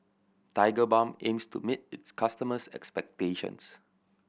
Tigerbalm aims to meet its customers' expectations